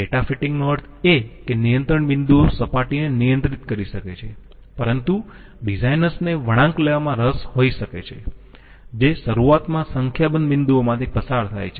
data fitting નો અર્થ એ કે નિયંત્રણ બિંદુઓ સપાટીને નિયંત્રિત કરી શકે છે પરંતુ ડિઝાઈનર્સ ને વળાંક લેવામાં રસ હોઈ શકે છે જે શરૂઆતમાં સંખ્યાબંધ બિંદુઓમાંથી પસાર થાય છે